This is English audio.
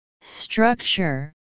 Structure